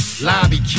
lobby